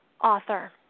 author